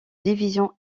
divisions